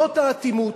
זאת האטימות.